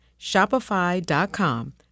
Shopify.com